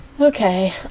Okay